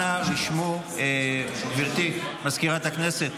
אנא, רשמו, גברתי סגנית מזכיר הכנסת,